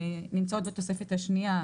נמצאות בתוספת השנייה,